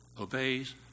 obeys